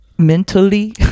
Mentally